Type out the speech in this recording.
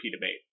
debate